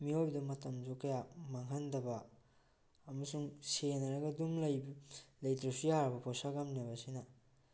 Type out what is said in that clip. ꯃꯤꯑꯣꯏꯕꯗ ꯃꯇꯝꯁꯨ ꯀꯌꯥ ꯃꯥꯡꯍꯟꯗꯕ ꯑꯃꯁꯨꯡ ꯁꯦꯟꯅꯔꯒ ꯑꯗꯨꯝ ꯂꯩꯇ꯭ꯔꯁꯨ ꯌꯥꯔꯕ ꯄꯣꯠꯁꯛ ꯑꯃꯅꯦꯕ ꯁꯤꯅ